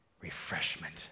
refreshment